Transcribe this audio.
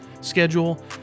schedule